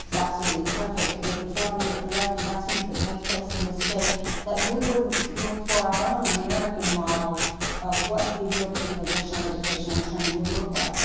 so absolutely perfect with the foreign direct investment that takes place in this state that we wouldn't look for our own american model of what the european location or educational training would look like.